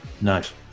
Nice